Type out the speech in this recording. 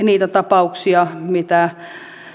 niitä tapauksia mitä